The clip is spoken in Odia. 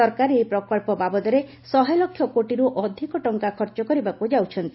ସରକାର ଏହି ପ୍ରକଳ୍ପ ବାବଦରେ ଶହେଲକ୍ଷ କୋଟିର୍ ଅଧିକ ଟଙ୍କା ଖର୍ଚ୍ଚ କରିବାକୁ ଯାଉଛନ୍ତି